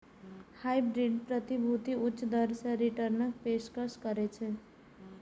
hybrid प्रतिभूति उच्च दर मे रिटर्नक पेशकश करै छै